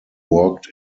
worked